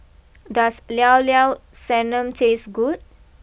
does Llao Llao Sanum taste good